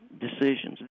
decisions